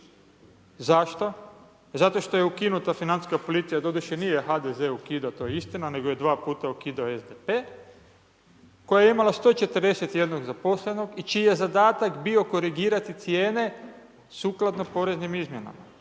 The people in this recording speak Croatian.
Zašto? Zato što je ukinuta financijska policija, doduše nije HDZ ukidao, to je istina, nego je dva puta ukidao SDP koja je imala 141 zaposlenog i čiji je zadatak bio korigirati cijene sukladno poreznim izmjenama